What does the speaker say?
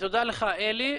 תודה לך, אלי.